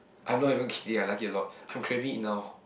I'm not even kidding I like it a lot I'm craving it now